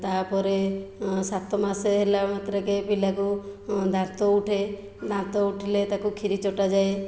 ତା ପରେ ସାତ ମାସ ହେଲା ମାତ୍ରେକେ ପିଲାକୁ ଦାନ୍ତ ଉଠେ ଦାନ୍ତ ଉଠିଲେ ତାକୁ କ୍ଷୀରି ଚଟା ଯାଏ